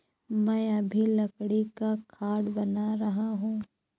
मैं अभी लकड़ी का खाट बना रहा हूं